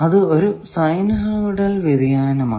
അത് ഒരു സൈനുസോയിടൽ വ്യതിയാനമാണ്